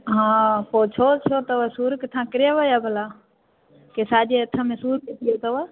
हा पो छो छो अथव सूरु किथां किरियव छा भला कि साॻे हथ में सूरु थी वियो अथव